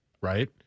right